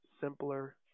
simpler